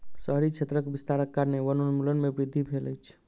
शहरी क्षेत्रक विस्तारक कारणेँ वनोन्मूलन में वृद्धि भेल अछि